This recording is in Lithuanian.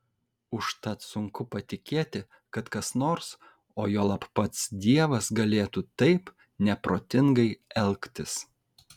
užtat sunku patikėti kad kas nors o juolab pats dievas galėtų taip neprotingai elgtis